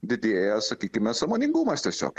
didėja sakykime sąmoningumas tiesiog